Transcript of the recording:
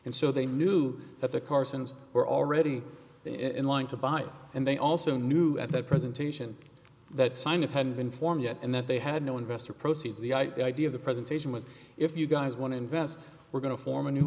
and so they knew that the car since we're already in line to buy it and they also knew at that presentation that sign it hadn't been formed yet and that they had no investor proceeds the idea of the presentation was if you guys want to invest we're going to form a new